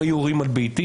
אם היו יורים על ביתי,